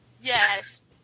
yes